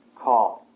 calm